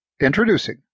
Introducing